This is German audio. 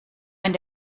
wenn